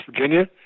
Virginia